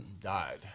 died